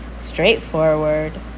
straightforward